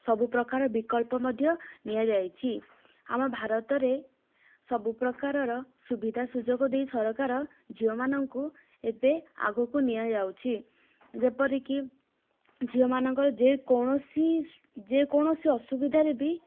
ସବୁପ୍ରକାର ବିକଳ୍ପ ମଧ୍ୟ ନିଆଯାଇଛି ଆମ ଭାରତରେ ସବୁପ୍ରକାରର ସୁବିଧା ସୁଯୋଗ ଦେଇ ସରକାର ଝିଅମାନଙ୍କୁ ଏବେ ଆଗକୁ ନିଆଯାଉଛି ଯେପରିକି ଝିଅମାନଙ୍କର ଯେକୌଣସି ଯେକୌଣସି ଅସୁବିଧାରେ ବି